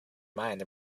mind